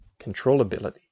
controllability